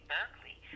Berkeley